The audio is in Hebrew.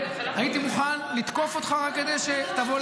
הייתי מוכן לתקוף אותך רק כדי שתבוא.